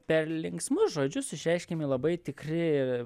per linksmus žodžius išreiškiami labai tikri